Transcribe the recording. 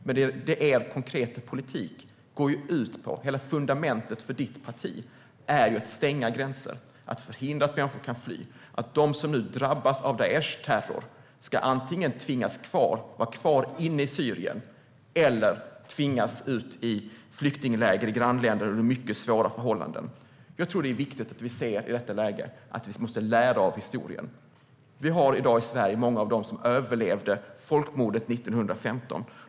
Men er konkreta politik, hela fundamentet för ert parti, går ju ut på att stänga gränser, att förhindra att människor kan fly och att de som nu drabbas av Daishs terror antingen ska tvingas vara kvar inne i Syrien eller tvingas ut i flyktingläger i grannländerna under mycket svåra förhållanden. Jag tror att det i detta läge är viktigt att se att vi måste lära av historien. Vi minns i dag i Sverige många av dem som överlevde folkmordet 1915.